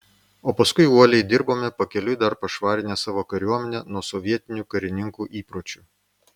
o paskui uoliai dirbome pakeliui dar pašvarinę savo kariuomenę nuo sovietinių karininkų įpročių